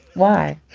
why?